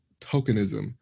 tokenism